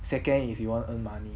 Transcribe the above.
second is you want earn money